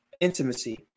intimacy